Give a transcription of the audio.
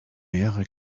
mehrere